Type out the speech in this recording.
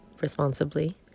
responsibly